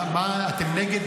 מה, אתם נגד